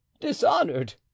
dishonored